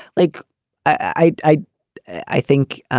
like i i i think